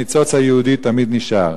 הניצוץ היהודי תמיד נשאר.